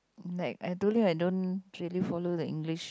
like I told you I don't really follow the English